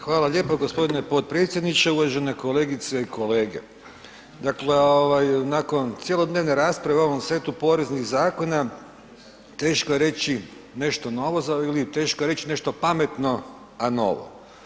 Hvala lijepo g. potpredsjedniče, uvažene kolegice i kolege, dakle ovaj nakon cjelodnevne rasprave o ovom setu poreznih zakona teško je reći nešto novo … [[Govornik se ne razumije]] ili teško je reć nešto pametno, a novo.